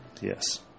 Yes